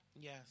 Yes